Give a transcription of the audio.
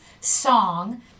song